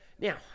Now